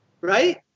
right